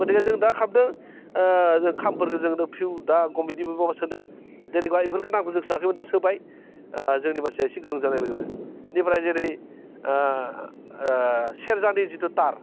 गथिखे जों दा खालामदों जों खामफोरखौ जों फिउ दा गम बिदि माबाखौ सोदों जेनेबा बेफोर नामफोरखौ जों सोआखैमोन दा सोबाय जोंनि मानसिया एसे गोरों जानाय लोगो लोगो बिनिफ्राय जेरै सेरजानि जिथु तार